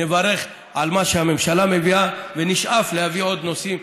נברך על מה שהממשלה מביאה ונשאף להביא עוד נושאים,